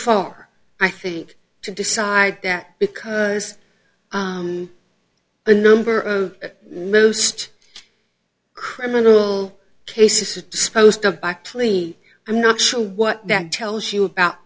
far i think to decide that because the number of moost criminal cases disposed of back to lee i'm not sure what that tells you about